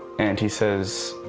and he says,